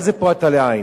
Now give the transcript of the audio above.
מה זה "פורת עלי עין"?